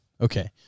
Okay